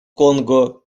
конго